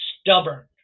stubborn